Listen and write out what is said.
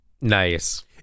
Nice